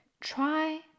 Try